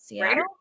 right